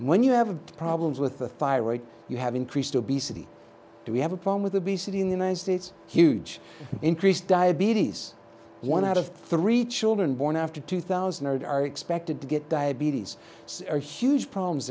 patient when you have problems with the thyroid you have increased obesity we have a problem with obesity in the united states huge increase diabetes one out of three children born after two thousand are expected to get diabetes are huge problems